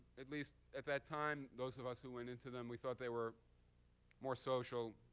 at least at that time. those of us who went into them, we thought they were more social,